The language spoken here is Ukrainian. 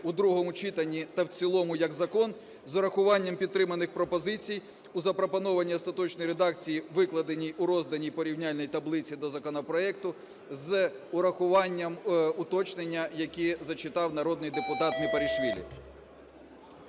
у другому читанні та в цілому як закон з урахуванням підтриманих пропозицій у запропонованій остаточній редакції, викладеній у розданій порівняльній таблиці до законопроекту з урахуванням уточнення, які зачитав народний депутат Мепарішвілі.